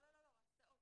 לא, הסעות.